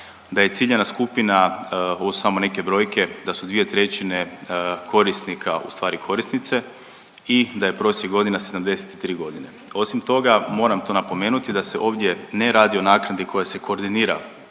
da je ciljana skupina, ovo su samo neke brojke, da su 2/3 korisnika ustvari korisnice i da je prosjek godina 73.g.. Osim toga, moram to napomenuti da se ovdje ne radi o naknadi koja se koordinira,